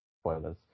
spoilers